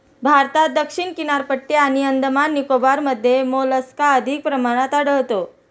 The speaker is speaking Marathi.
भारतात दक्षिण किनारपट्टी आणि अंदमान निकोबारमध्ये मोलस्का अधिक प्रमाणात आढळतो